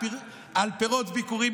על פירות ביכורים,